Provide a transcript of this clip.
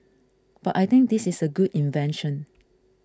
but I think this is a good invention